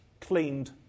cleaned